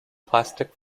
plastic